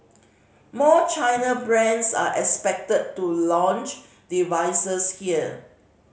more China brands are expected to launch devices here